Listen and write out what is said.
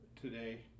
today